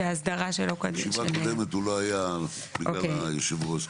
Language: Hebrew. שההסדרה שלו --- בישיבה הקודמת הוא לא היה בגלל היושב ראש.